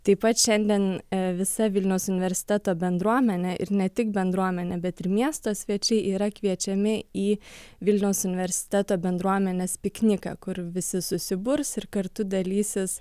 taip pat šiandien visa vilniaus universiteto bendruomenė ir ne tik bendruomenė bet ir miesto svečiai yra kviečiami į vilniaus universiteto bendruomenės pikniką kur visi susiburs ir kartu dalysis